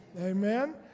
Amen